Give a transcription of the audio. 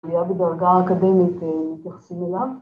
‫היה בדרגה אקדמית מתייחסים אליו.